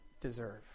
deserve